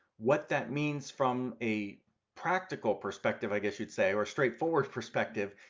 what that means from a practical perspective i guess you'd say or a straightforward perspective,